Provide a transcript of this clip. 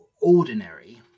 ordinary